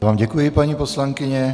Já vám děkuji, paní poslankyně.